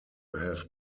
have